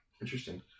Interesting